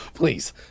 Please